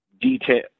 detail